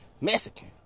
Mexican